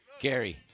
Gary